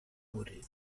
morir